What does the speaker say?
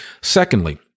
Secondly